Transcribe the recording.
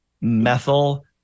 methyl